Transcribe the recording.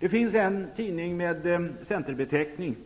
Det finns en tidning med Centerbeteckning